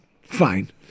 fine